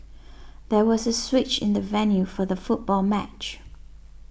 there was a switch in the venue for the football match